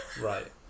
right